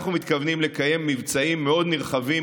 אנחנו מתכוונים לקיים מבצעים מאוד נרחבים